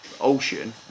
ocean